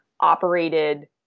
operated